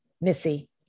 Missy